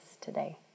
today